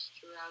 throughout